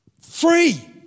free